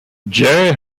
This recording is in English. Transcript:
jerry